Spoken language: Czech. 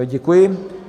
Děkuji.